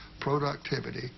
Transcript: Productivity